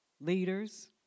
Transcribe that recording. leaders